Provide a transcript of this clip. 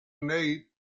nate